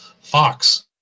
Fox